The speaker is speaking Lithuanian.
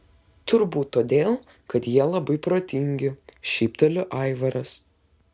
turbūt todėl kad jie labai protingi šypteli aivaras